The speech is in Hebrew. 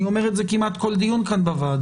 אני אומר את זה כמעט כל דיון כאן בוועדה.